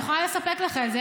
אני יכולה לספק לך את זה.